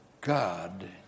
God